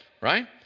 right